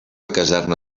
caserna